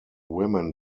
women